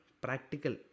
practical